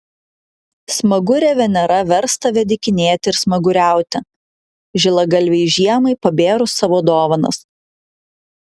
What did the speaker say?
smagurė venera vers tave dykinėti ir smaguriauti žilagalvei žiemai pabėrus savo dovanas